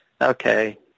okay